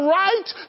right